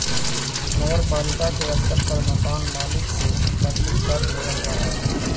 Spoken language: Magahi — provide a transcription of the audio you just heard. नगर पालिका के स्तर पर मकान मालिक से संपत्ति कर लेबल जा हई